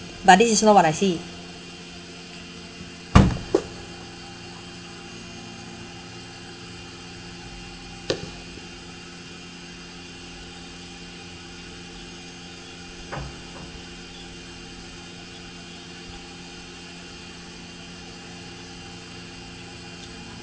but this is not what I see